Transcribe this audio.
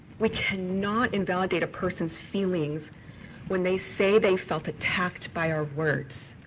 we cannot invalidate a person's feelings when they say they felt attacked by our words.